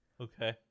Okay